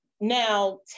now